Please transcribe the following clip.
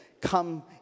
come